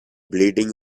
bleeding